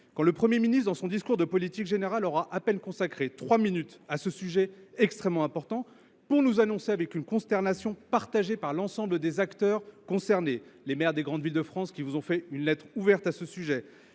quand M. le Premier ministre, dans son discours de politique générale, aura à peine consacré trois minutes à ce sujet extrêmement important, pour nous proposer finalement – suscitant une consternation partagée par l’ensemble des acteurs concernés, à savoir les maires des plus grandes villes de France, qui vous ont adressé une lettre ouverte, les